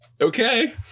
Okay